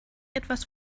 etwas